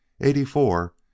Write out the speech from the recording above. eighty-four